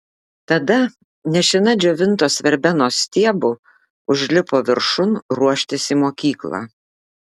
tada nešina džiovintos verbenos stiebu užlipo viršun ruoštis į mokyklą